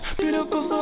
beautiful